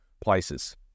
places